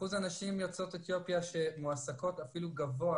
אחוז הנשים יוצאות אתיופיה שמועסקות אפילו גבוה